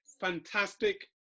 fantastic